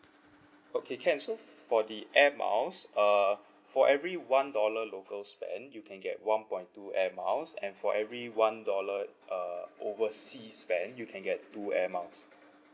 okay can so for the air miles uh for every one dollar local spend you can get one point two air miles and for every one dollar uh overseas spend you can get two air miles